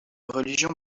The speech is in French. religion